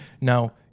Now